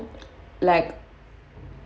like